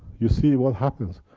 you see what happens,